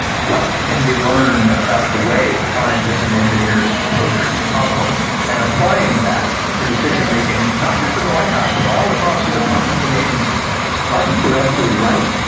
what can be learned about the way scientists and engineers approach problems, and applying that to decision-making, not just in the white house but all across the departments and agencies. so i think you're absolutely right,